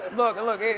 look, look,